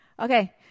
Okay